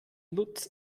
lutz